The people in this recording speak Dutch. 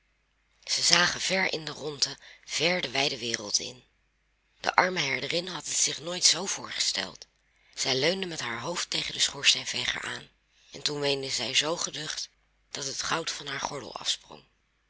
zij zagen ver in de rondte ver de wijde wereld in de arme herderin had het zich nooit zoo voorgesteld zij leunde met haar hoofd tegen haar schoorsteenveger aan en toen weende zij zoo geducht dat het goud van haar gordel afsprong